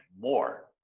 more